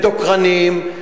ודוקרנים.